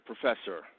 Professor